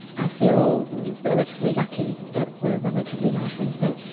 i feel relatively lucky that we're relatively late onset.